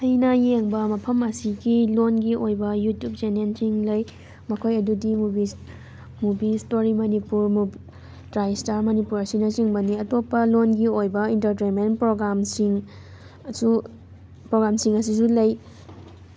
ꯑꯩꯅ ꯌꯦꯡꯕ ꯃꯐꯝ ꯑꯁꯤꯒꯤ ꯂꯣꯟꯒꯤ ꯑꯣꯏꯕ ꯌꯨꯇ꯭ꯌꯨꯕ ꯆꯦꯅꯦꯟꯁꯤꯡ ꯂꯩ ꯃꯈꯣꯏ ꯑꯗꯨꯗꯤ movies movies story Manipur tri star Manipur ꯑꯁꯤꯅ ꯆꯤꯡꯕꯅꯤ ꯑꯇꯣꯞꯄ ꯂꯣꯟꯒꯤ ꯑꯣꯏꯕ ꯏꯟꯇꯔꯇꯦꯟꯃꯦꯟ ꯄ꯭ꯔꯣꯒꯥꯝꯁꯤꯡ ꯑꯁꯨ ꯄ꯭ꯔꯣꯒꯥꯝꯁꯤꯡ ꯑꯁꯤꯁꯨ ꯂꯩ